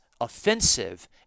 offensive